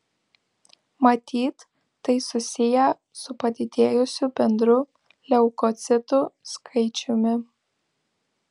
matyt tai susiję su padidėjusiu bendru leukocitų skaičiumi